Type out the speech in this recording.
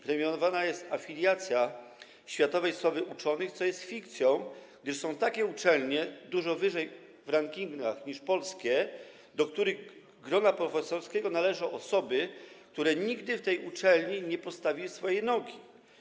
Premiowana jest afiliacja światowej sławy uczonych, co jest fikcją, gdyż są uczelnie, które są dużo wyżej w rankingach niż polskie, w których do grona profesorskiego należą osoby, które nigdy w tych uczelniach nie postawili swojej nogi.